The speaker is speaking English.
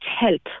help